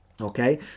Okay